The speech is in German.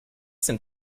sind